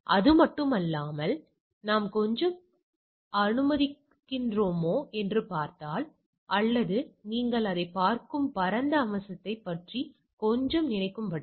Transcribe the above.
அது மட்டுமல்லாமல் நாம் கொஞ்சம் அனுமதித்திருக்கிறோமா என்று பார்த்தால் அல்லது நீங்கள் அதைப் பார்க்கும் பரந்த அம்சத்தைப் பற்றி கொஞ்சம் நினைக்கும் பட்சத்தில்